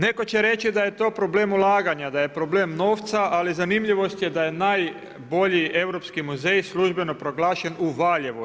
Neko će reći da je to problem ulaganja, da je problem novca, ali zanimljivost je da je najbolji europski muzej službeno proglašen u Valjevu.